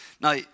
Now